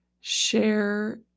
share